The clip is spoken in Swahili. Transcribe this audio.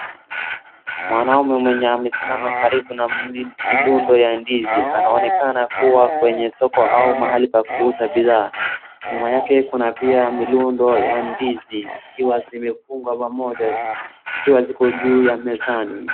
Mwanaume mwenye amesimama karibu na mirundo ya ndizi, anaonekana kuwa kwenye soko au mahali pa kuuza bidhaa. Nyuma yake kuna pia mirundo ya ndizi zikiwa zimefungwa pamoja zikiwa ziko juu ya mezani.